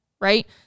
right